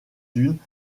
dunes